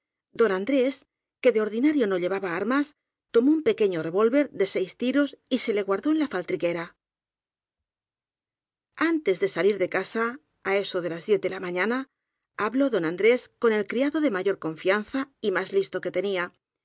don andrés que de ordinario no llevaba armas tomó un pe queño revólver de seis tiros y se le guardó en la fraltriquera antes de salir de casa á eso de las diez de la mañana habló don andrés con el criado de mayor confianza y más listo que tenía